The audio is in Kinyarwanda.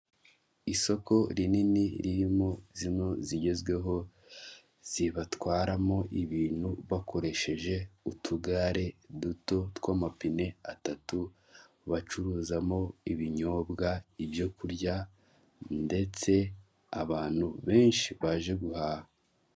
Isoko rinini ririmo zimwe zigezweho zibatwaramo ibintu bakoresheje utugare duto tw'amapine atatu bacuruzamo ibinyobwa ibyo kurya ndetse abantu benshi baje guhaha.